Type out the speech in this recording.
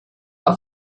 auf